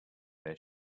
their